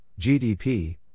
GDP